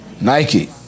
Nike